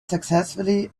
successfully